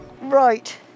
right